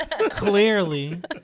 Clearly